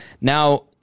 now